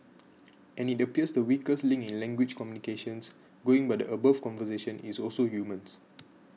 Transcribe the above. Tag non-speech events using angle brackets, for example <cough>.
<noise> and it appears the weakest link in language communications going by the above conversation is also humans